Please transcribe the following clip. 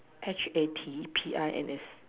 H_A_T_P_I_N_S